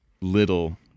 little